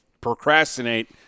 procrastinate